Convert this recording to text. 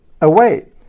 away